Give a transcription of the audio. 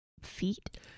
feet